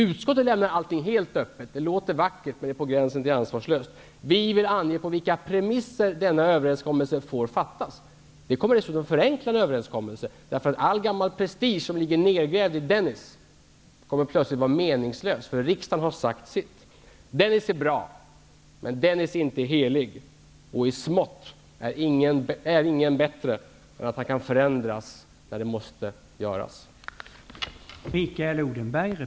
Utskottet lämnar allt helt öppet. Det låter vackert, men är på gränsen till ansvarslöst. Vi vill ange på vilka premisser denna överenskommelse får fattas. Det kommer dessutom att förenkla en överenskommelse därför att all gammal prestige som ligger nergrävd i Dennispaket kommer plötsligt att vara meningslös eftersom riksdagen har sagt sitt. Dennispaket är bra, men inte heligt. I smått är ingen bättre än att han kan förändras när det måste ske.